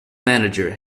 manager